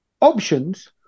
options